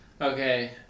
Okay